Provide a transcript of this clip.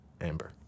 Amber